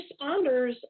responders